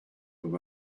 them